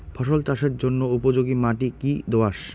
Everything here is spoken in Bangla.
ফসল চাষের জন্য উপযোগি মাটি কী দোআঁশ?